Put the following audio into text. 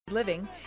Living